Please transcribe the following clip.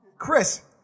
Chris